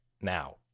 now